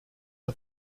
auf